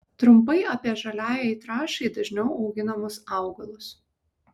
trumpai apie žaliajai trąšai dažniau auginamus augalus